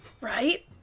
Right